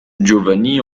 giovanni